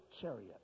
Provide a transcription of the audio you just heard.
chariot